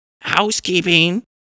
Housekeeping